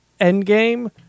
Endgame